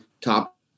top